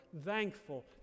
thankful